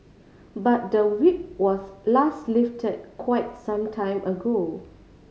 but the Whip was last lifted quite some time ago